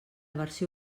versió